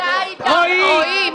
רועי,